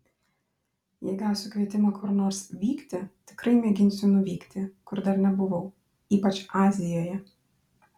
jei gausiu kvietimą kur nors vykti tikrai mėginsiu nuvykti kur dar nebuvau ypač azijoje